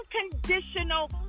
unconditional